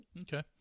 Okay